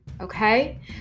okay